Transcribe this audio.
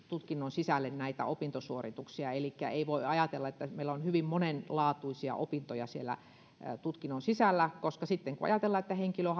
sisälle näitä opintosuorituksia elikkä ei voi ajatella että meillä on hyvin monenlaatuisia opintoja siellä tutkinnon sisällä koska sitten kun ajatellaan että henkilö